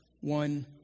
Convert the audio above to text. one